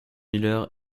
miller